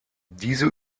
diese